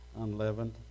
unleavened